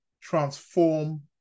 transform